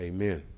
Amen